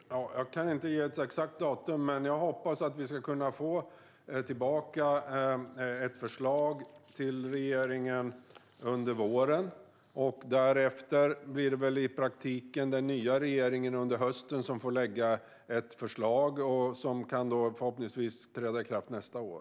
Herr talman! Jag kan inte ge ett exakt datum, men jag hoppas att vi ska kunna få tillbaka ett förslag till regeringen under våren. Därefter blir det väl i praktiken den nya regeringen som under hösten får lägga fram ett förslag, som då förhoppningsvis kan träda i kraft nästa år.